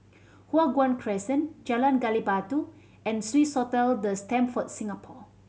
Hua Guan Crescent Jalan Gali Batu and Swissotel The Stamford Singapore